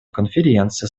конференция